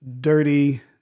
dirty